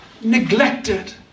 neglected